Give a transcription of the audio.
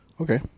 Okay